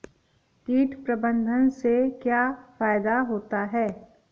कीट प्रबंधन से क्या फायदा होता है?